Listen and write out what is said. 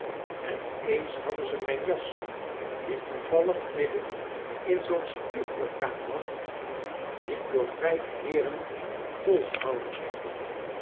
en eens hadden ze mijn jas die toevallig midden in zoo'n spuugorkaan lag die door vyf heeren volgehouden werd